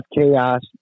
chaos